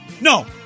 No